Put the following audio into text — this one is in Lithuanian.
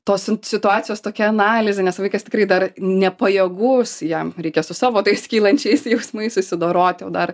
tos situacijos tokia analizė nes vaikas tikrai dar nepajėgus jam reikia su savo tais kylančiais jausmais susidoroti o dar